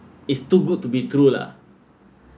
it's too good to be true lah